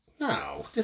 No